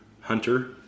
hunter